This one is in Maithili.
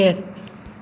एक